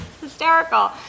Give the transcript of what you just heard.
hysterical